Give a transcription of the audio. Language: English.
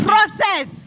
Process